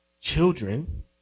Children